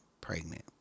pregnant